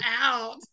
out